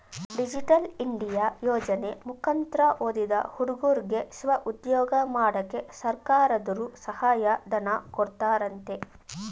digital India ಯೋಜನೆ ಮುಕಂತ್ರ ಓದಿದ ಹುಡುಗುರ್ಗೆ ಸ್ವಉದ್ಯೋಗ ಮಾಡಕ್ಕೆ ಸರ್ಕಾರದರ್ರು ಸಹಾಯ ಧನ ಕೊಡ್ತಾರಂತೆ